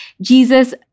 Jesus